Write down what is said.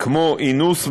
כמו אינוס,